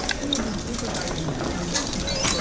who will be supervising them and what will.